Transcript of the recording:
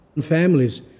families